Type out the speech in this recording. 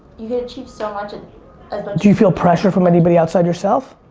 you can achieve so much and do you feel pressure from anybody outside yourself?